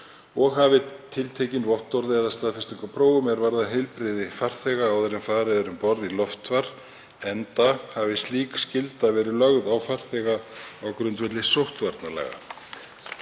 og hafi tiltekin vottorð eða staðfestingu á prófum er varða heilbrigði farþega áður en farið er um borð í loftfar, enda hafi slík skylda verði lögð á farþega á grundvelli sóttvarnalaga.